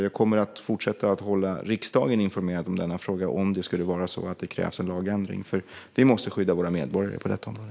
Jag kommer att fortsätta att hålla riksdagen informerad i denna fråga om det skulle krävas en lagändring, för vi måste skydda våra medborgare på detta område.